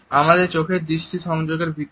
আমাদের চোখের দৃষ্টি সংযোগের ভিত্তিতে